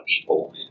people